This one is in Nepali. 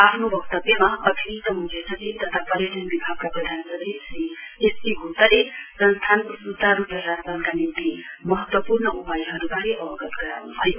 आफ्नो वक्तव्यमा अतिरिक्त म्ख्य सचिव तथा पर्यटन विभागका प्रधान सचिव श्री एस सी ग्प्तले संस्थानको सुचारु प्रशासनवारे निम्ति महत्व पूर्ण उपायहरुवारे अवगत गराउनु भयो